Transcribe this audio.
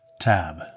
tab